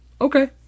Okay